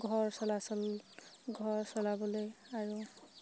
ঘৰ চলাচল ঘৰ চলাবলৈ আৰু